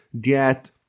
get